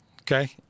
Okay